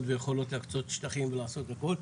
ויכולות להקצות שטחים ולעשות הכל.